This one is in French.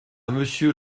monsieur